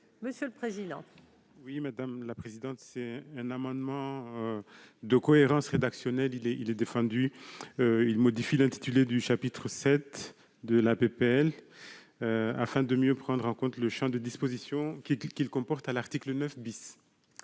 monsieur le président. Oui, madame la présidente, c'est un amendement de cohérence rédactionnelle, il est, il est défendu, il modifie l'intitulé du chapitre 7 de la PPL afin de mieux prendre en compte le chien de dispositions qui est qu'il comporte à l'article 9 bis.